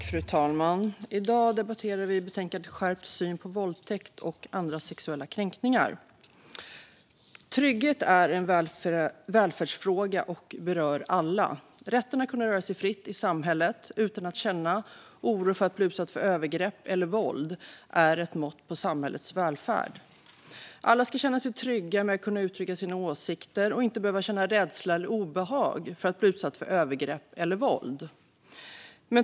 Fru talman! I dag debatterar vi betänkandet Skärpt syn på våldtäkt och andra sexuella kränkningar . Trygghet är en välfärdsfråga och berör alla. Rätten att kunna röra sig fritt i samhället utan att känna oro för att bli utsatt för övergrepp eller våld är ett mått på samhällets välfärd. Alla ska känna sig trygga med att kunna uttrycka sina åsikter och inte behöva känna rädsla eller obehag för att bli utsatt för övergrepp eller våld.